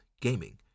gaming